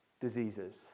diseases